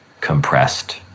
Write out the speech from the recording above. compressed